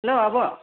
hello आब'